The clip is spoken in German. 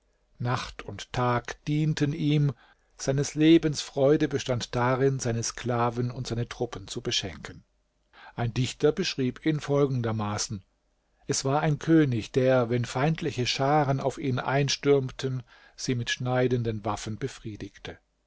nacht und tag dienten ihm seines lebens freude bestand darin seine sklaven und seine truppen zu beschenken ein dichter beschrieb ihn folgendermaßen es war ein könig der wenn feindliche scharen auf ihn einstürmten sie mit schneidenden waffen befriedigte